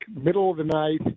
middle-of-the-night